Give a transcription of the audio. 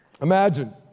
Imagine